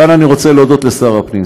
כאן אני רוצה להודות לשר הפנים,